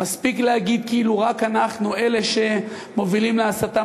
מספיק להגיד כאילו רק אנחנו אלה שמובילים להסתה,